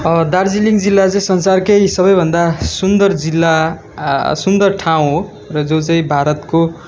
दार्जिलिङ जिल्ला चाहिँ संसारकै सबैभन्दा सुन्दर जिल्ला सुन्दर ठाउँ हो र जो चाहिँ भारतको